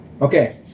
Okay